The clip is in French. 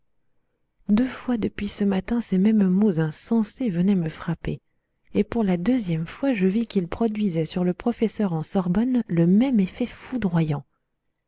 deux fois depuis ce matin ces mêmes mots insensés venaient me frapper et pour la deuxième fois je vis qu'ils produisaient sur le professeur en sorbonne le même effet foudroyant